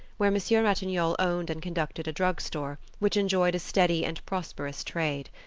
where monsieur ratignolle owned and conducted a drug store which enjoyed a steady and prosperous trade.